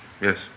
Yes